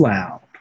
Loud